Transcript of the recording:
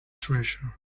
treasure